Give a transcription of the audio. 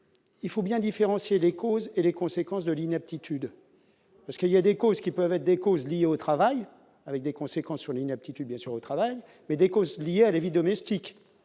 il faut bien différencier les causes et les conséquences de l'inaptitude parce qu'il y a des causes qui peuvent être des causes liées au travail, avec des conséquences sur l'inaptitude bien sûr au travail mais des causes liées à la vie domestique,